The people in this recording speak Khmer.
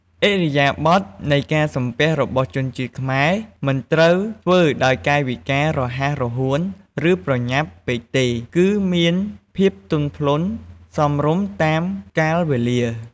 ឥរិយាបថនៃការសំពះរបស់ជនជាតិខ្មែរ មិនត្រូវធ្វើដោយកាយវិការរហ័សរហួន ឬប្រញាប់ពេកទេ គឺមានភាពទន់ភ្លន់សមរម្យតាមកាលវេលា។